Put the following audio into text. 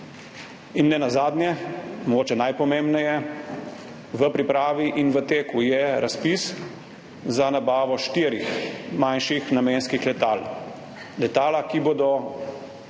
In nenazadnje, mogoče najpomembneje, v pripravi in v teku je razpis za nabavo štirih manjših namenskih letal. Letala, ki bodo